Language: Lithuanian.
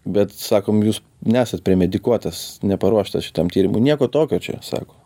bet sakom jūs nesat premedikuotas neparuoštas šitam tyrimui nieko tokio čia sako